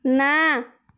ନା